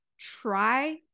try